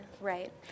right